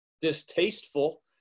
distasteful